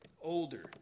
older